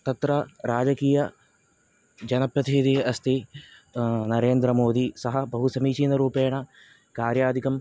तत्र राजकीयजनप्रतिनिधिः अस्ति नरेद्र मोदी सः बहुसमीचिनरूपेण कार्यादिकं